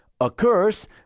occurs